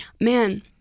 man